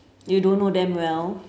you don't know them well